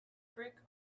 brick